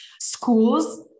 schools